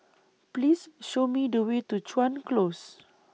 Please Show Me The Way to Chuan Close